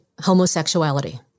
homosexuality